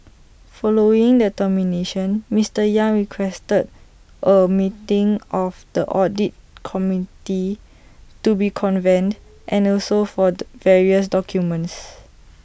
following the termination Mister yang requested A meeting of the audit committee to be convened and also for the various documents